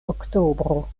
oktobro